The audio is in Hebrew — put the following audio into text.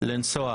כדי לנסוע